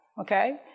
okay